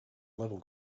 level